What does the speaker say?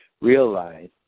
realize